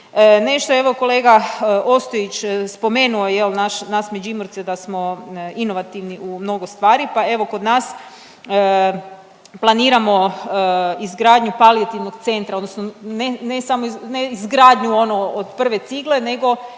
Nešto je evo kolega Ostojić spomenuo jel nas Međimurce da smo inovativni u mnogo stvari, pa evo kod nas planiramo izgradnju palijativnog centra odnosno ne samo ne izgradnju ono od prve cigle nego